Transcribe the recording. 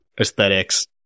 aesthetics